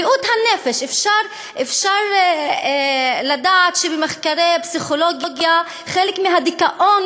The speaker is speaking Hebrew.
בריאות הנפש: אפשר לראות במחקרי פסיכולוגיה שחלק מהדיכאון